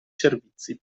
servizi